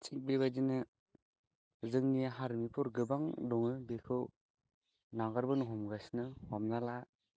थिग बेबायदिनो जोंनि हारिमुफोर गोबां दङ बेखौ नागारबोनो हमगासिनो हमना ला